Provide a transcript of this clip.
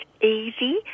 easy